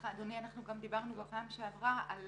אדוני, אנחנו גם דיברנו בפעם שעברה על